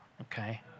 Okay